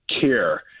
care